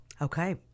Okay